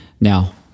Now